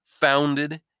founded